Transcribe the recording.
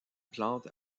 plante